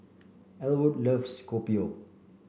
Elwood loves Kopi O